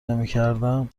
نمیکردم